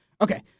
okay